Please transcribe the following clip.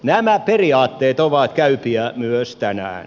nämä periaatteet ovat käypiä myös tänään